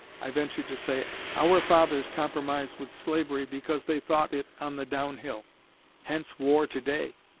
i ventured to say our fathers compromised with slavery because they thought it on the down hill hence war to-day